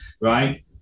right